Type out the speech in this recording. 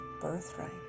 birthright